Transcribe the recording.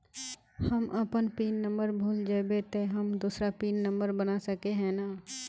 हम अपन pin number भूल जयबे ते हम दूसरा पिन नंबर बना सके है नय?